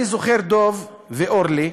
אני זוכר, דב ואורלי,